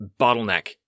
bottleneck